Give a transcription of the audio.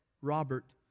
Robert